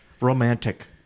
romantic